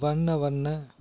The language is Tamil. வண்ண வண்ண